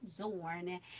Zorn